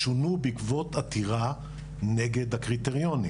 שונו בעקבות עתירה נגד הקריטריונים